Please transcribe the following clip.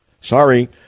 sorry